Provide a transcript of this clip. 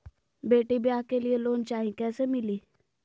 बेटी ब्याह के लिए लोन चाही, कैसे मिली?